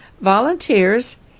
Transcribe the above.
volunteers